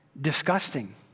disgusting